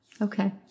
okay